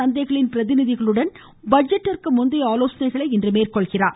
சந்தைகளின் பிரதிநிதிகளுடன் பட்ஜெட்டிற்கு முந்தைய ஆலோசனைய இன்று மேற்கொண்டார்